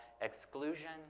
Exclusion